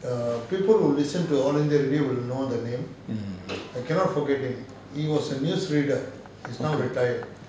mm